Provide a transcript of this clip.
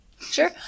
Sure